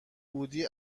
بودی